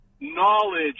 knowledge